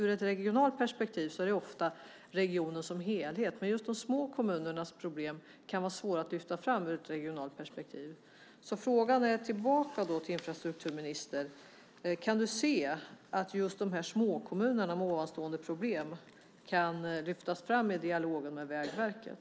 Det regionala perspektivet gäller ofta regionen som helhet, medan de små kommunernas problem kan vara svåra att lyfta fram. Jag vill därför fråga infrastrukturministern: Kan du se att småkommuner med ovanstående problem kan lyftas fram i dialogen med Vägverket?